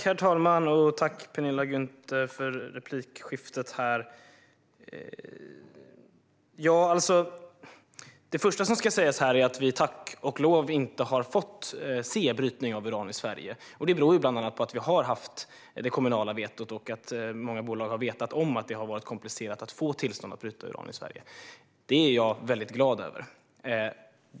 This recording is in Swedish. Herr talman! Jag tackar Penilla Gunther för replikskiftet. Tack och lov har vi inte fått se brytning av uran i Sverige. Det beror bland annat på att vi har haft det kommunala vetot och att många bolag har vetat om att det har varit komplicerat att få tillstånd att bryta uran i Sverige. Det är jag väldigt glad över.